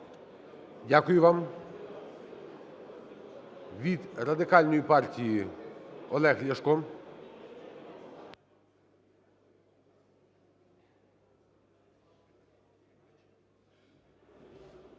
Дякую вам. Від Радикальної партії Олег Ляшко.